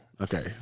Okay